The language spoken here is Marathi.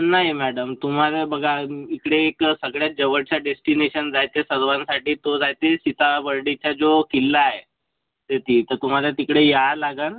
नाही मॅडम तुम्हाला बघा इकडे एक सगळ्यात जवळचा डेस्टिनेशन जायचं आहे सर्वांसाठी तो जायचं सीताबर्डीचा जो किल्ला आहे तर तिथे तुम्हाला तिकडे यावं लागेल